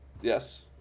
Yes